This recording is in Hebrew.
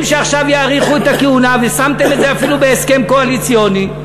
שעכשיו יאריכו את הכהונה ושמתם את זה אפילו בהסכם קואליציוני,